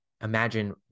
imagine